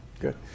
Good